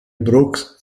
brooks